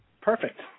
Perfect